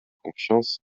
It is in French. confiance